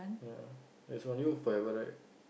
ya it's on you forever right